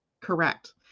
Correct